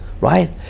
right